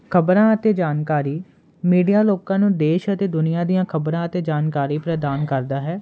ਖਬਰਾਂ ਅਤੇ ਜਾਣਕਾਰੀ ਮੀਡੀਆ ਲੋਕਾਂ ਨੂੰ ਦੇਸ਼ ਅਤੇ ਦੁਨੀਆ ਦੀਆਂ ਖਬਰਾਂ ਅਤੇ ਜਾਣਕਾਰੀ ਪ੍ਰਦਾਨ ਕਰਦਾ ਹੈ